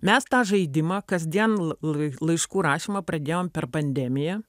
mes tą žaidimą kasdien l lai laiškų rašymą pradėjom per pandemiją